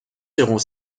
seront